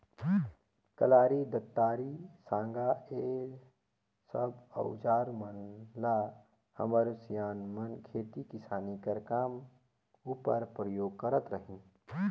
कलारी, दँतारी, साँगा ए सब अउजार मन ल हमर सियान मन खेती किसानी कर काम उपर परियोग करत रहिन